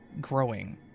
growing